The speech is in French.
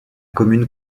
commune